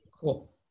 Cool